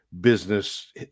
business